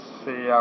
see